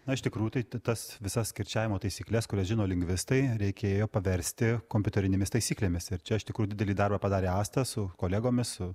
na iš tikrųju tai tas visas kirčiavimo taisykles kurias žino lingvistai reikėjo paversti kompiuterinėmis taisyklėmis ir čia iš tikrųjų didelį darbą padarė astą su kolegomis